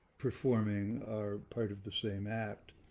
performing are part of the same act.